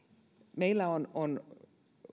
meillä on on